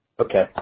Okay